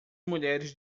mulheres